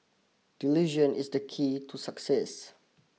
delusion is the key to success